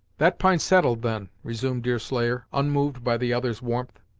that p'int's settled, then, resumed deerslayer, unmoved by the other's warmth.